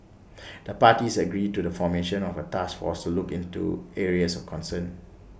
the parties agreed to the formation of A task force to look into areas of concern